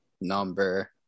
Number